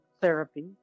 therapy